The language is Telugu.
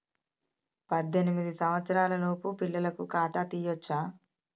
పద్దెనిమిది సంవత్సరాలలోపు పిల్లలకు ఖాతా తీయచ్చా?